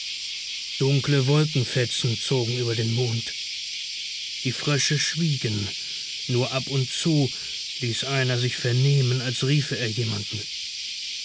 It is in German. dunkle wolkenfetzen zogen über den mond der teich wurde schwarz die frösche schwiegen nur ab und zu ließ einer sich vernehmen als riefe er jemanden